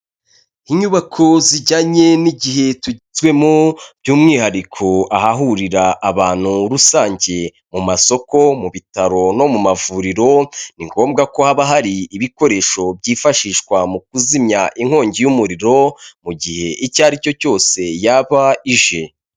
Inyubako zijyanye n'igihe tugezemo by'umwihariko ahahurira abantu rusange, mu masoko mu bitaro no mu mavuriro ni ngombwa ko haba hari ibikoresho byifashishwa mu kuzimya inkongi y'umuriro, mu gihe icyo ari cyo cyose yaba ije.